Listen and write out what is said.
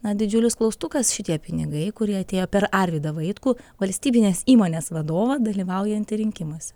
na didžiulis klaustukas šitie pinigai kurie atėjo per arvydą vaitkų valstybinės įmonės vadovą dalyvaujantį rinkimuose